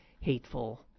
hateful